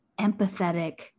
empathetic